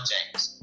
James